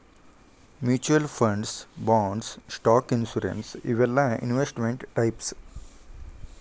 mutual funds bonds stock insurance ಇವೆಲ್ಲಾ investment types